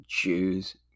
Jews